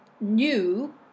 new